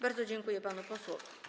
Bardzo dziękuję panu posłowi.